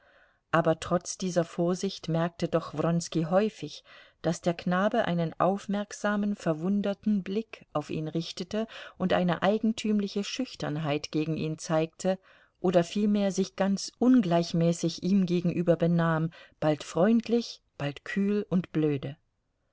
aber trotz dieser vorsicht merkte doch wronski häufig daß der knabe einen aufmerksamen verwunderten blick auf ihn richtete und eine eigentümliche schüchternheit gegen ihn zeigte oder vielmehr sich ganz ungleichmäßig ihm gegenüber benahm bald freundlich bald kühl und blöde